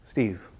Steve